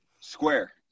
square